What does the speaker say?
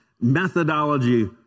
methodology